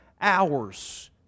hours